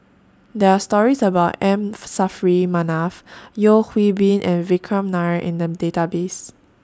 There Are stories about M Saffri Manaf Yeo Hwee Bin and Vikram Nair in The Database